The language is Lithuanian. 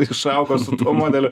išaugo su tuo modeliu